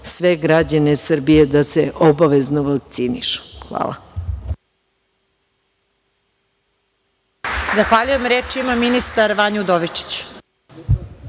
sve građane Srbije da se obavezno vakcinišu. Hvala.